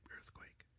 earthquake